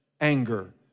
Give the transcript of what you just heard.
anger